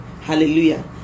Hallelujah